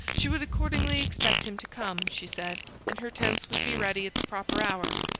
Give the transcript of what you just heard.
she would accordingly expect him to come, she said, and her tents would be ready at the proper hour.